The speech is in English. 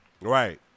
Right